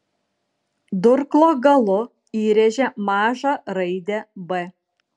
durklo galu įrėžė mažą raidę b